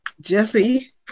jesse